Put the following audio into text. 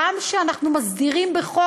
גם שאנחנו מסדירים בחוק,